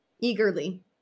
eagerly